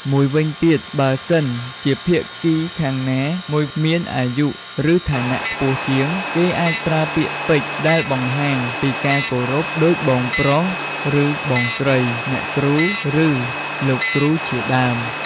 មួយវិញទៀត បើសិនជាភាគីខាងណាមួយមានអាយុ ឬឋានៈខ្ពស់ជាង គេអាចប្រើពាក្យពេចន៍ ដែលបង្ហាញពីការគោរព ដូចបងប្រុស ឬ បងស្រី អ្នកគ្រូ ឬ លោកគ្រូជាដើម។